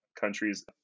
countries